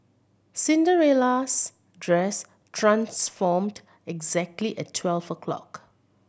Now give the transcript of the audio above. Cinderella's dress transformed exactly at twelve o' clock